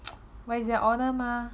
but is their honour mah